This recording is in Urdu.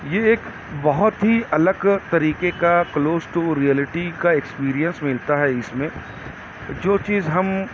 یہ ایک بہت ہی الگ طریقے کا کلوس ٹو ریئلیٹی کا ایکسپیریئنس ملتا ہے اس میں جو چیز ہم